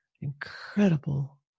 incredible